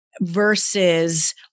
versus